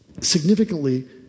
significantly